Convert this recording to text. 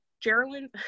geraldine